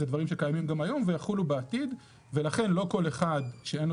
אלה דברים שקיימים גם היום ויחולו בעתיד ולכן לא כל אחד שאין לו